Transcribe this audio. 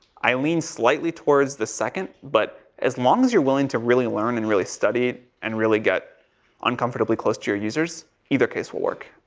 i lean slightly towards the second. but as long as you're willing to really learn and really study and really get uncomfortably close to your users, either case will work.